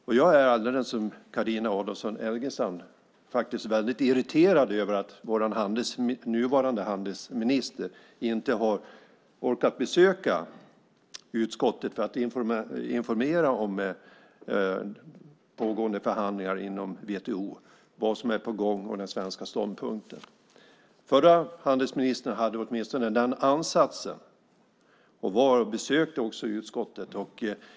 Och jag är, som Carina Adolfsson Elgestam, faktiskt väldigt irriterad över att vår nuvarande handelsminister inte har orkat besöka utskottet för att informera om pågående förhandlingar inom WTO, vad som är på gång och den svenska ståndpunkten. Den förra handelsministern hade åtminstone den ansatsen och kom och besökte oss i utskottet.